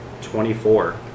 twenty-four